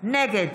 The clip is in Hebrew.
נגד